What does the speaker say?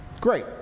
Great